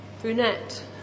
brunette